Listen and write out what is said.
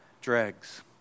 dregs